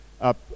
up